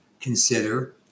consider